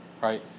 right